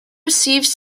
received